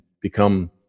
become